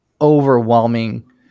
overwhelming